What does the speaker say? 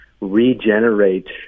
regenerate